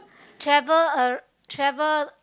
travel a travel